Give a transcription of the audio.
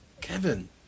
Kevin